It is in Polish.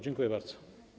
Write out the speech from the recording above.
Dziękuję bardzo.